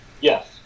Yes